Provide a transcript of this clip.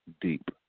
Deep